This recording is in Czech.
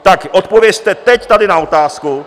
Tak odpovězte teď tady na otázku.